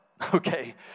Okay